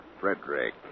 Frederick